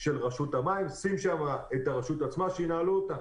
דרום של רשות המים ותשים שם את הרשות עצמה שינהלו אותה.